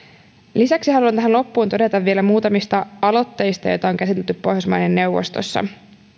lisäksi haluan tähän loppuun todeta vielä muutamista aloitteista joita on käsitelty pohjoismaiden neuvostossa